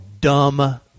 dumb